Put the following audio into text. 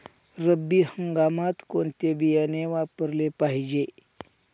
रब्बी हंगामात कोणते बियाणे वापरले पाहिजे?